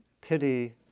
pity